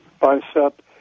bicep